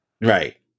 Right